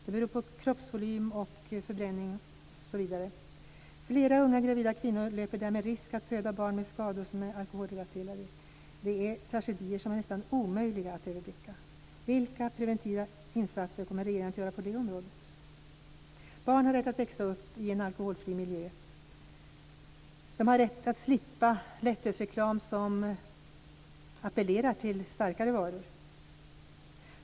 Det beror på kroppsvolym, förbränning osv. Flera unga gravida kvinnor löper därmed risk att föda barn med skador som är alkoholrelaterade. Det är tragedier som det är nästan omöjligt att överblicka. Vilka preventiva insatser kommer regeringen att göra på det området? Barn har rätt att växa upp i en alkoholfri miljö. De har rätt att slippa lättölsreklam som appellerar till starkare varor.